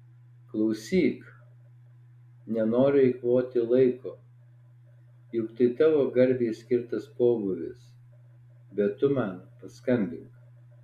klausyk nenoriu eikvoti laiko juk tai tavo garbei skirtas pobūvis bet tu man paskambink